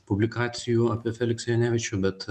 publikacijų apie feliksą janevičių bet